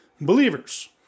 believers